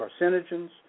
carcinogens